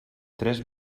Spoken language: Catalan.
tres